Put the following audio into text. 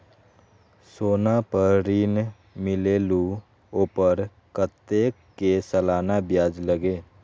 सोना पर ऋण मिलेलु ओपर कतेक के सालाना ब्याज लगे?